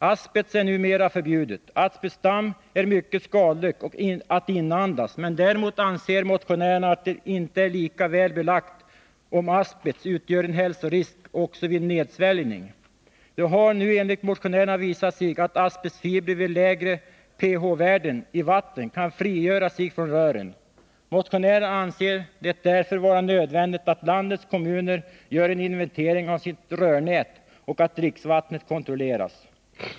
Asbest är numera förbjudet. Asbestdamm är mycket skadligt att inandas, men däremot anser motionärerna det inte lika väl belagt om asbest utgör en hälsorisk också vid nedsväljning. Det har nu enligt motionärerna visat sig att asbestfibrer vid lägre pH-värden i vatten kan frigöras från rören. Motionärerna anser det därför vara nödvändigt att landets kommuner gör en inventering av sina rörnät och att dricksvattnet kontrolleras.